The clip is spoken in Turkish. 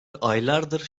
aylardır